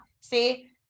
See